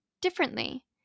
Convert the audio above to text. differently